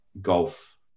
golf